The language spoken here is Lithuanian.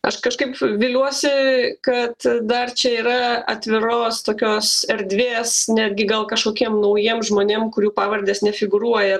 aš kažkaip viliuosi kad dar čia yra atviros tokios erdvės netgi gal kažkokiem naujiem žmonėm kurių pavardės nefigūruoja